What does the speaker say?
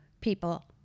people